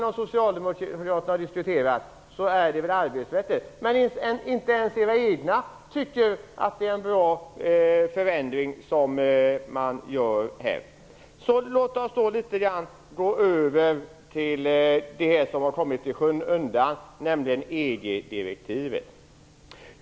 Om socialdemokraterna skall diskutera något är det väl arbetsrätten, men inte ens era egna tycker att den förändring som nu föreslås är bra. Låt mig vidare gå över till en fråga som har kommit i skymundan, nämligen EU-direktivet.